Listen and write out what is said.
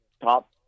top